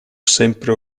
sempre